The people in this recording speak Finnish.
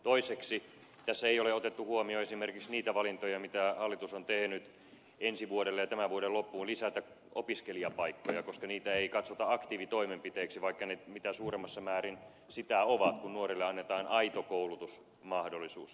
toiseksi tässä ei ole otettu huomioon esimerkiksi niitä valintoja mitä hallitus on tehnyt ensi vuodelle ja tämän vuoden loppuun lisätessään opiskelijapaikkoja koska niitä ei katsota aktiivitoimenpiteiksi vaikka ne mitä suurimmassa määrin niitä ovat kun nuorille annetaan aito koulutusmahdollisuus